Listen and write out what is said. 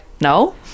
no